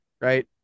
right